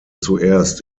zuerst